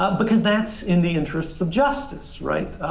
um because that's in the interests of justice, right?